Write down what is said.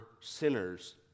sinners